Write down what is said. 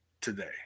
today